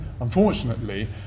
unfortunately